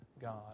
God